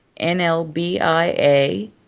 nlbia